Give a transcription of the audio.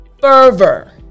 fervor